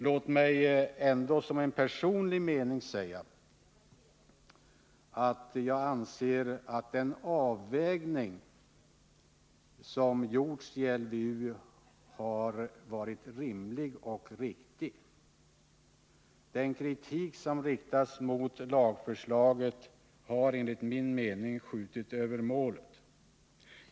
Låt mig ändå, som en personlig mening, säga att jag anser att den avvägning som gjorts i LVU har varit rimlig och riktig. Den kritik som riktas mot lagförslaget har, enligt min mening, skjutit över målet.